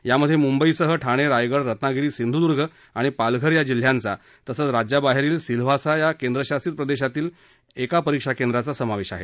यामध्ये मुंबईसह ठाणे रायगड रत्नागिरी सिंधुदुर्ग आणि पालघर या जिल्ह्यांचा तसच राज्याबाहेरील सिल्व्हासा या केंद्रशासित प्रदेशातील एक परीक्षा केंद्राचा समावेश आहे